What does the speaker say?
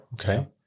okay